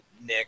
Nick